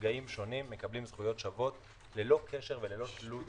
שנפגעים שונים מקבלים זכויות שוות בלי קשר ובלי תלות